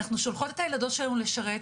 אנחנו שולחות את הילדות שלנו לשרת,